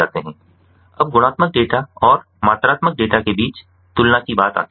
अब गुणात्मक डेटा और मात्रात्मक डेटा के बीच तुलना की बात आती है